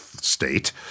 state